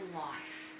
life